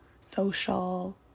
social